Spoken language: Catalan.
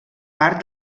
part